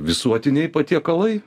visuotiniai patiekalai